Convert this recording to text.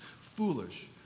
foolish